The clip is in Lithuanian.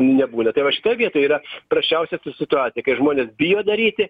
nebūna tai va šitoj vietoj yra prasčiausia tų situacija kai žmonės bijo daryti